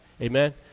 amen